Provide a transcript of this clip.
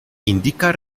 indica